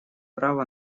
право